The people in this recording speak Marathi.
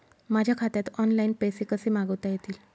माझ्या खात्यात ऑनलाइन पैसे कसे मागवता येतील?